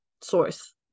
source